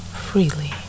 freely